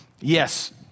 Yes